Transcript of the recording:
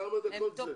כמה דקות זה?